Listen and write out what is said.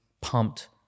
pumped